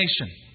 nation